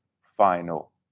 final